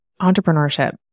entrepreneurship